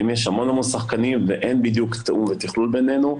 היום יש המון שחקנים ואין בדיוק תיאום ותכלול בינינו,